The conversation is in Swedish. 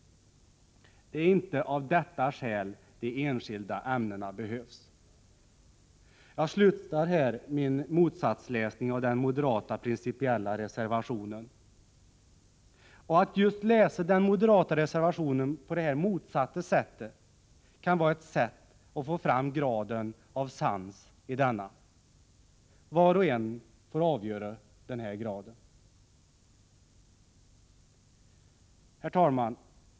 Det är inte av detta skäl de enskilda ämnena behövs.” Jag slutar min motsatsläsning av den moderata principiella reservationen här. Att just läsa den moderata reservationen på detta motsatta sätt kan vara ett sätt att få fram graden av sans i denna. Var och en får avgöra denna grad. Herr talman!